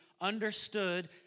understood